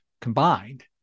combined